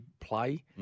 play